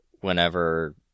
whenever